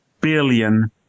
billion